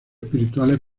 espirituales